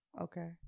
Okay